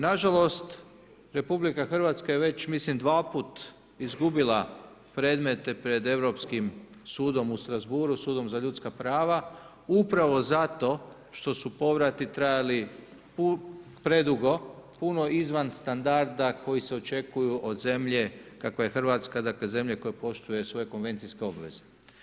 Nažalost RH je već mislim dva puta izgubila predmete pred Europskim sudom u Strasbourgu, sudom za ljudska prava upravo zato što su povrati trajali predugo, puno izvan standarda koji se očekuju od zemlje kakva je Hrvatska dakle zemlja koja poštuje svoje konvencijske obveze.